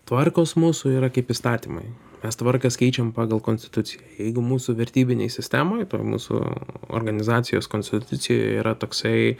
tvarkos mūsų yra kaip įstatymai mes tvarkas keičiam pagal konstituciją jeigu mūsų vertybinėj sistemoj toj mūsų organizacijos konstitucijoje yra toksai